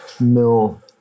mill